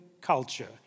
culture